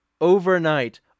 overnight